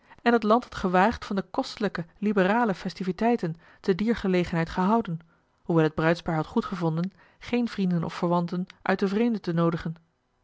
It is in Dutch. en het land had gewaagd van de kostelijke liberale festiviteiten te dier gelegenheid gehouden hoewel het bruidspaar had goedgevonden geene vrienden of verwanten uit den vreemde te noodigen